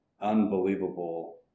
unbelievable